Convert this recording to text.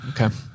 Okay